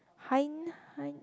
hind~ hind~